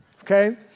okay